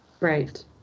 Right